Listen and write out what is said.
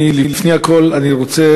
לפני הכול אני רוצה,